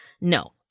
No